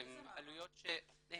עלויות שהן